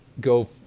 go